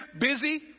busy